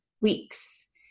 weeks